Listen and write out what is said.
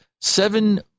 seven